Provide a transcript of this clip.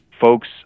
folks